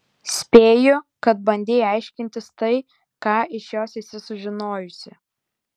spėju kad bandei aiškintis tai ką iš jo esi sužinojusi